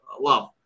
love